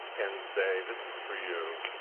and say, this is for you.